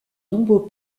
nombreux